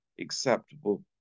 acceptable